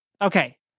okay